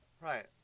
right